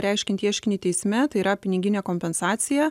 reiškiant ieškinį teisme tai yra piniginė kompensacija